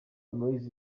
boyz